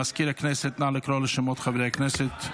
מזכיר הכנסת, נא לקרוא בשמות חברי הכנסת.